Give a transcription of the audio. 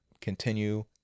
continue